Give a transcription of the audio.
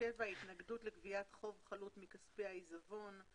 התנגדות לגביית חוב חלוט מכספי העיזבון.